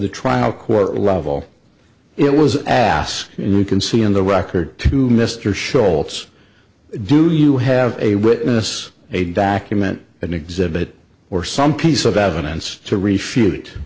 the trial court level it was asked and you can see in the record to mr scholtes do you have a witness a document an exhibit or some piece of evidence to refute